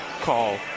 call